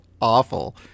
awful